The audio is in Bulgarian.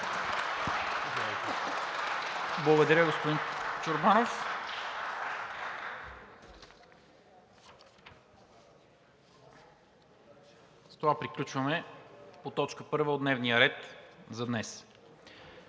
Благодаря, господин Чорбанов. С това приключваме по точка първа от дневния ред за днес.